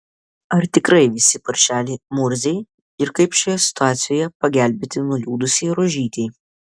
ar tikrai visi paršeliai murziai ir kaip šioje situacijoje pagelbėti nuliūdusiai rožytei